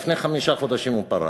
לפני חמישה חודשים הוא פרש.